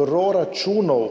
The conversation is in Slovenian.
proračunov